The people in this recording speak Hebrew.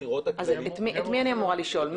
את מי אני אמורה לשאול?